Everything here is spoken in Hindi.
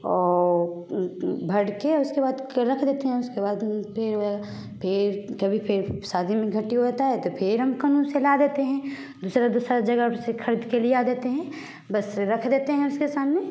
और भर के उसके बाद रख देते हैं उसके बाद फिर ये फिर कभी फिर शादी में घटी होता है तो फिर हम कनहु से ला देते हैं दूसरी दूसरी जगह से ख़रीद के ले आ देते हैं बस रख देते हैं उसके सामने